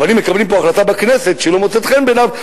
אבל אם מקבלים פה החלטה בכנסת שלא מוצאת חן בעיניו,